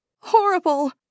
horrible